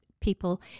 people